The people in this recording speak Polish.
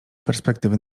perspektywy